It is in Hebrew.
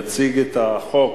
לוועדת החוקה,